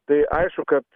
tai aišku kad